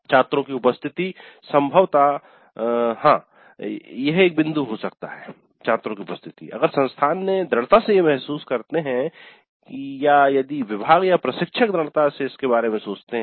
छात्रों की उपस्थिति संभवतः हाँ यह एक बिंदु हो सकता है अगर संस्थान ये दृढ़ता से महसूस करते है या यदि विभाग या प्रशिक्षक दृढ़ता से इसके बारे में सोचते है